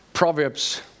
Proverbs